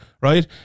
right